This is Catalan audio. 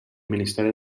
ministeri